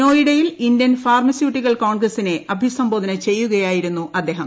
നോയിഡയിൽ Indian pharmaceutical കോൺഗ്രസ്സിനെ അഭിസംബോധന ചെയ്യുകയായിരുന്നു അദ്ദേഹം